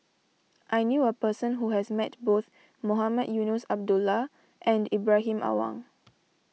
I knew a person who has met both Mohamed Eunos Abdullah and Ibrahim Awang